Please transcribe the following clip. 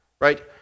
right